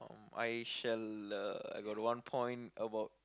um I shall uh I got one point about